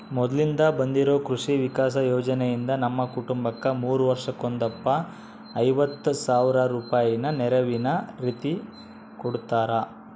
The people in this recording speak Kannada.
ಮೊದ್ಲಿಂದ ಬಂದಿರೊ ಕೃಷಿ ವಿಕಾಸ ಯೋಜನೆಯಿಂದ ನಮ್ಮ ಕುಟುಂಬಕ್ಕ ಮೂರು ವರ್ಷಕ್ಕೊಂದಪ್ಪ ಐವತ್ ಸಾವ್ರ ರೂಪಾಯಿನ ನೆರವಿನ ರೀತಿಕೊಡುತ್ತಾರ